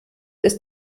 ist